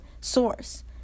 source